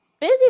Busy